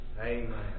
Amen